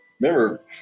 remember